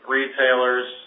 retailers